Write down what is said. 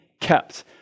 kept